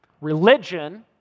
Religion